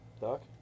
Doc